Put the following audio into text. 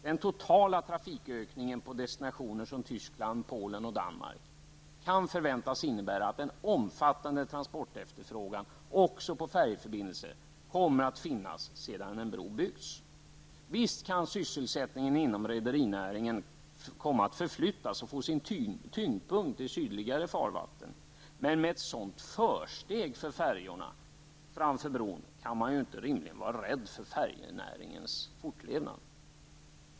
Den totala trafikökningen på destinationer som Tyskland, Polen och Danmark kan förväntas innebära att en omfattande transportefterfrågan också på färjeförbindelser kommer att finnas sedan en bro har byggts. Visst kan sysselsättningen inom rederinäringen komma att förflyttas och få sin tyngdpunkt i sydligare farvatten. Men med ett sådant försteg som färjorna har framför bron kan man inte rimligen vara rädd för att färjenäringens fortlevnad hotas.